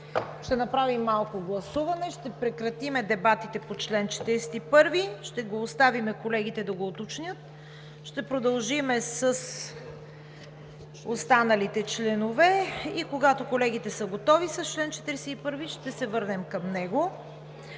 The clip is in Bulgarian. Ще направим малко гласуване, ще прекратим дебатите по чл. 41, ще го оставим на колегите да го уточнят, ще продължим с останалите членове и когато колегите са готови с чл. 41, ще се върнем към него.